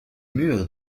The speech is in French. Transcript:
murs